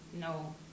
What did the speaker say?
no